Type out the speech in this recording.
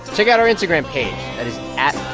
check out our instagram page. that is at